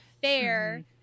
fair